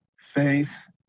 faith